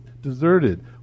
deserted